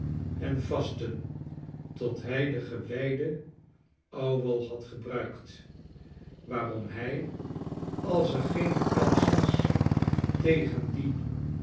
en vasten tot hij den gewijden ouwel hadgebruikt waarom hij als er geene kans was tegen dien